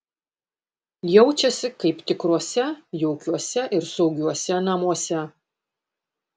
jaučiasi kaip tikruose jaukiuose ir saugiuose namuose